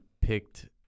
picked